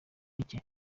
mike